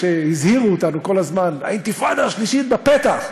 והזהירו אותנו כל הזמן: האינתיפאדה השלישית בפתח.